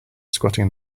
squatting